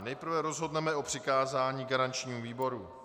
Nejprve rozhodneme o přikázání garančnímu výboru.